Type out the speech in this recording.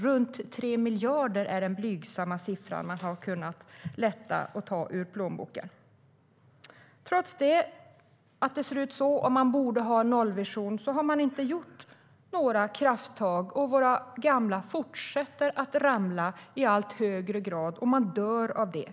Runt 3 miljarder är den blygsamma summa man kunnat lätta plånboken med. Trots att det ser ut på det sättet, och trots att man borde ha en nollvision, har några krafttag inte tagits. Våra gamla fortsätter att i allt högre grad ramla - och de dör av det.